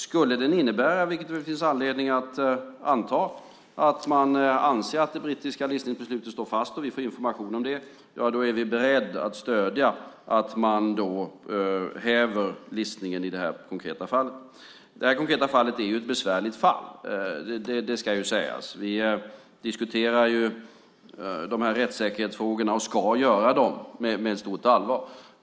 Skulle den innebära, vilket det finns anledning att anta, att man anser att det brittiska listningsbeslutet står fast och vi får information om det är vi beredda att stödja att man häver listningen i det här konkreta fallet. Det här konkreta fallet är ett besvärligt fall. Det ska sägas. Vi diskuterar de här rättssäkerhetsfrågorna, och ska göra det, med stort allvar.